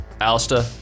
Alistair